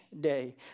day